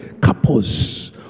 couples